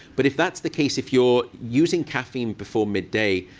but if that's the case, if you're using caffeine before midday,